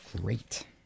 great